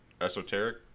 esoteric